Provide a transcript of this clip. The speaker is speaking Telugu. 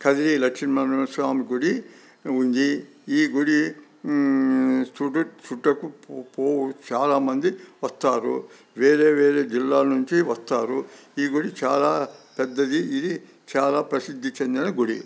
కదిరి లక్ష్మీనరసింహస్వామి గుడి ఉంది ఈ గుడి సుడి సుట్టకు పో పోవు చాలామంది వస్తారు వేరే వేరే జిల్లా నుంచి వస్తారు ఈ గుడి చాలా పెద్దది ఇది చాలా ప్రసిద్ధి చెందిన గుడి